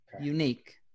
unique